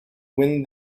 win